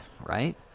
right